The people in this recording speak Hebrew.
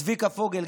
צביקה פוגל,